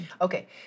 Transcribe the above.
Okay